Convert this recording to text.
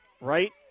Right